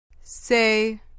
Say